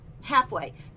halfway